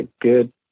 good